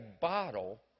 bottle